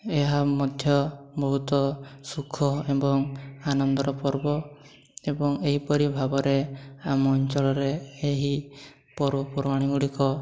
ଏହା ମଧ୍ୟ ବହୁତ ସୁଖ ଏବଂ ଆନନ୍ଦର ପର୍ବ ଏବଂ ଏହିପରି ଭାବରେ ଆମ ଅଞ୍ଚଳରେ ଏହି ପର୍ବପର୍ବାଣି ଗୁଡ଼ିକ